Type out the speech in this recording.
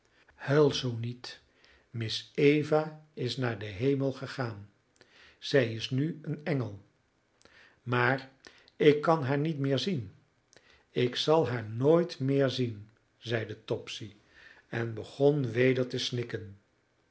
huil zoo niet miss eva is naar den hemel gegaan zij is nu een engel maar ik kan haar niet meer zien en ik zal haar nooit meer zien zeide topsy en begon weder te